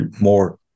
more